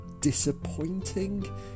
disappointing